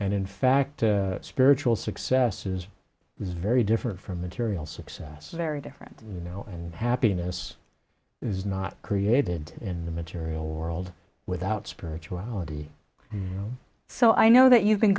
and in fact spiritual success is very different from material success very different you know happiness is not created in the material world without spirituality so i know that you've been